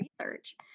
research